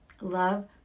Love